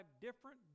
different